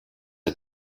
are